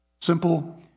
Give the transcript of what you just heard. Simple